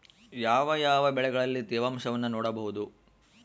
ಯಾವ ಯಾವ ಬೆಳೆಗಳಲ್ಲಿ ತೇವಾಂಶವನ್ನು ನೋಡಬಹುದು?